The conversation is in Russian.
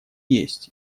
есть